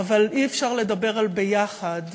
אבל אי-אפשר לדבר על ביחד